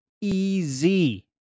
easy